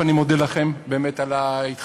אני מודה לכם, באמת, על ההתחשבות.